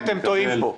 כי אתם טועים פה.